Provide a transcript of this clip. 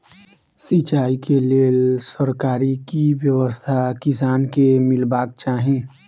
सिंचाई केँ लेल सरकारी की व्यवस्था किसान केँ मीलबाक चाहि?